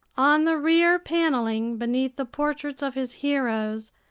on the rear paneling, beneath the portraits of his heroes,